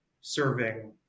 serving